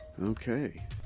Okay